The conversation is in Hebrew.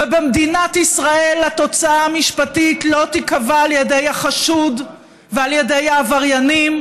ובמדינת ישראל התוצאה המשפטית לא תיקבע על ידי החשוד ועל ידי העבריינים,